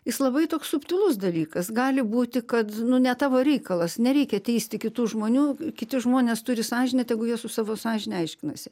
jis labai toks subtilus dalykas gali būti kad ne tavo reikalas nereikia teisti kitų žmonių kiti žmonės turi sąžinę tegu jie su savo sąžine aiškinasi